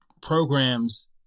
programs